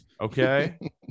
Okay